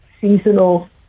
seasonal